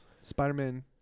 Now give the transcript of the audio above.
Spider-Man